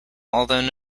although